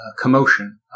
commotion